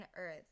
Earth